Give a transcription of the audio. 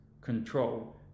control